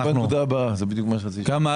ואיפה?